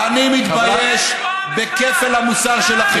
אני מתבייש בכפל המוסר שלכם,